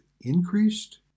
increased